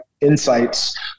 insights